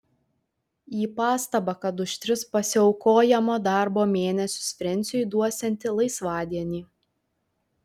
į pastabą kad už tris pasiaukojamo darbo mėnesius frensiui duosianti laisvadienį